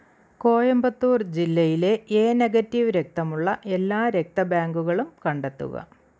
കോയമ്പത്തൂർ ജില്ലയിലെ A negative രക്തമുള്ള എല്ലാ രക്തബാങ്കുകളും കണ്ടെത്തുക